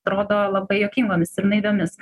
atrodo labai juokingomis ir naiviomis